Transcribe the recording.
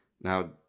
Now